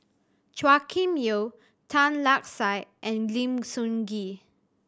Chua Kim Yeow Tan Lark Sye and Lim Sun Gee